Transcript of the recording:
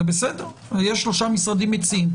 יש עמדת שלושה משרדים מציעים.